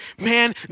man